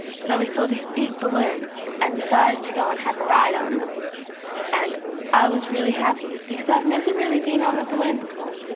so we saw these big balloons and decided to go and have a ride on them and i was really happy because i've never really been on a balloon before.